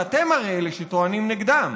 שאתם הרי אלה שטוענים נגדן,